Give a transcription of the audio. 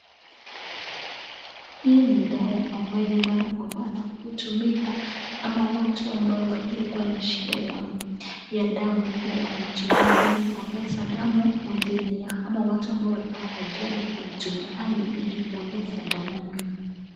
Hii dawa ambayo mara kwa mara hutumika ama watu ambao waliokuwa na shida ya damu huwa wanatumia ili kuongeze damu mwilini yao au watu waliopata ajali wanatumia (cs)iodine(cs)ili kuongeza damu mwili.